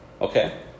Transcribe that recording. Okay